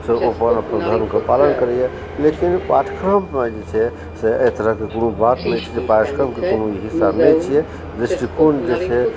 से ओ अपन अपन धर्मके पालन करैए लेकिन पाठ्यक्रममे जे छै से एहि तरहके कोनो बात नहि छै जे पाठ्यक्रमके ई कोनो हिस्सा नहि छियै दृष्टिकोण जे छै